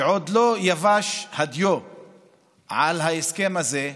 כשעוד לא יבשה הדיו על ההסכם הזה,